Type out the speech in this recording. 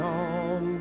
on